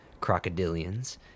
crocodilians